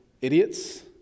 idiots